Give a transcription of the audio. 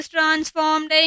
Transformed